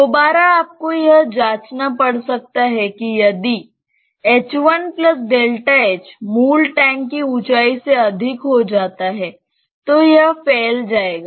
दोबारा आपको यह जांचना पड़ सकता है कि यदि मूल टैंक की ऊंचाई से अधिक हो जाता है तो यह फैल जाएगा